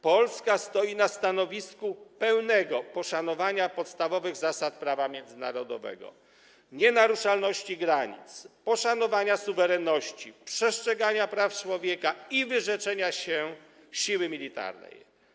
Polska stoi na stanowisku pełnego poszanowania podstawowych zasad prawa międzynarodowego, nienaruszalności granic, poszanowania suwerenności, przestrzegania praw człowieka i wyrzeczenia się siły militarnej.